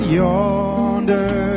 yonder